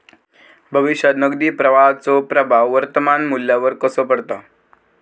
भविष्यात नगदी प्रवाहाचो प्रभाव वर्तमान मुल्यावर कसो पडता?